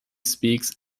speaks